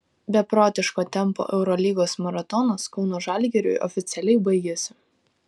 beprotiško tempo eurolygos maratonas kauno žalgiriui oficialiai baigėsi